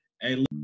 Hey